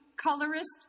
Colorist